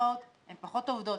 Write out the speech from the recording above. נוסחאות שהן פחות עובדות.